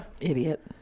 Idiot